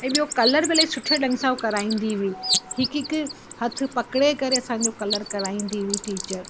ऐं ॿियो कलर भले सुठे ढंग सां हू कराईंदी हुई हिकु हिकु हथु पकिड़े करे असांजो कलर कराईंदी हुई टीचर